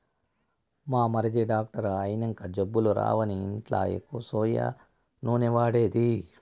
మా మరిది డాక్టర్ అయినంక జబ్బులు రావని ఇంట్ల ఎక్కువ సోయా నూనె వాడేది